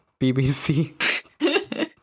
BBC